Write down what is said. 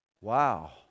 wow